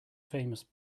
famous